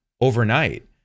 overnight